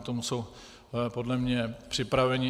K tomu jsou podle mne připraveni.